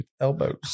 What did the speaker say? Elbows